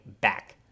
back